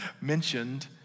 mentioned